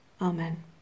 Amen